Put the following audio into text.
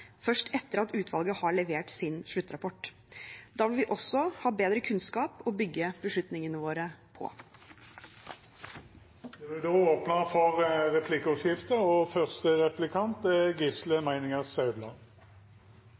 først etter at utvalget har levert sin sluttrapport. Da vil vi også ha bedre kunnskap å bygge beslutningene våre